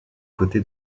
côté